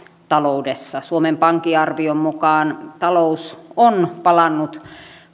taloudessa suomen pankin arvion mukaan talous on palannut